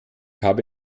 habe